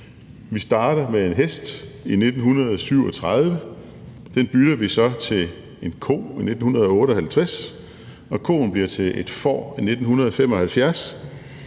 Vi starter med en hest i 1937, den bytter vi så til en ko i 1958, og koen bliver til et får i 1975,